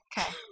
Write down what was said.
Okay